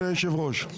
אדוני יושב הראש.